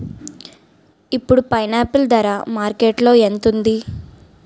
ఇప్పుడు పైనాపిల్ ధర మార్కెట్లో ఎంత ఉంది?